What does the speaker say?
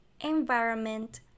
environment